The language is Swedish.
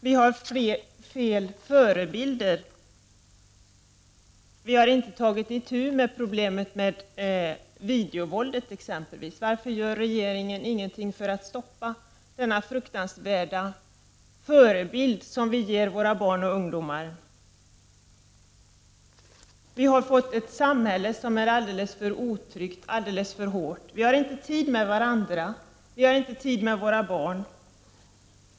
Vi har fel förebilder. Vi har inte tagit itu med exempelvis problemet med videovåldet. Varför gör regeringen ingenting för att stoppa dessa fruktansvärda förebilder, som vi ger våra barn och ungdomar? Vi har fått ett samhälle som är alldeles för otryggt, alldeles för hårt. Vi har inte tid med varandra. Vi har inte tid med våra barn.